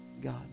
God